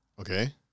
Okay